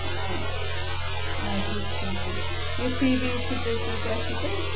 آ اَدٕ حظ ٹھیٖک چھُ یہِ فیٖس ویٖس سِٹرٛیکچر کیٛاہ چھُ تۅہہِ